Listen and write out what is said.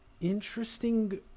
interesting